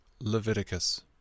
Leviticus